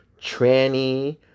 tranny